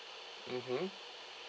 mmhmm